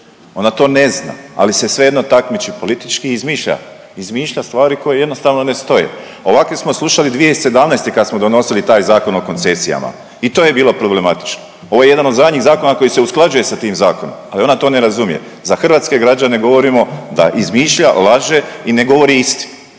Ona to ne zna, ali se svejedno takmiči politički i izmišlja, izmišlja stvari koje jednostavno ne stoje. Ovakve smo slušali 2017. kad smo donosili taj Zakon o koncesijama i to je bilo problematično. Ovo je jedan od zadnjih zakona koji se usklađuje sa tim zakonom, ali ona to ne razumije. Za hrvatske građane govorimo da izmišlja, laže i ne govori istinu,